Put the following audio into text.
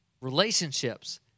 relationships